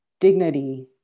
dignity